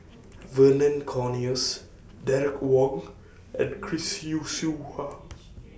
Vernon Cornelius Derek Wong and Chris Yeo Siew Hua